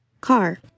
CAR